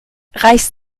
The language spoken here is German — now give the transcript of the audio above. reichst